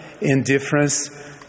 indifference